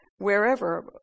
Wherever